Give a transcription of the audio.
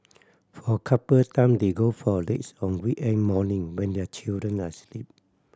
for couple time they go for a dates on weekend morning when their children are sleep